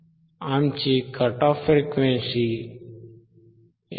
आमची cut off frequency 159